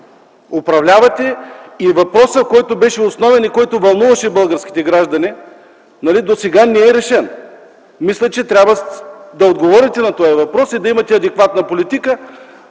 управлявате и въпросът, който беше основен и който вълнуваше българските граждани, досега не е решен? Мисля, че трябва да отговорите на този въпрос и да имате адекватна политика.